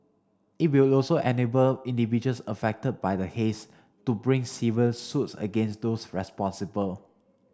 it will also enable individuals affected by the haze to bring civil suits against those responsible